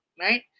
right